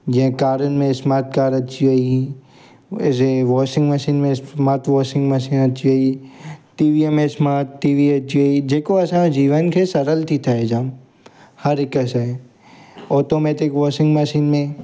जीअं कारुनि में स्माट कार अची वेई रे वॉशिंग मशीन में स्माट वॉशिंग मशीन अची वेई टीवीअ में स्माट टी वी अची वेई जेको असांजे जीवन खे सरल थी ठाहे जाम हर हिकु शइ ऑटोमेटिक वॉशिंग मशीन में